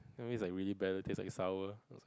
sometimes it is really bad it tastes sour